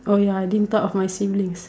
oh ya I didn't thought of my siblings